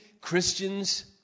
Christians